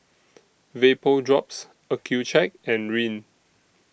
Vapodrops Accucheck and Rene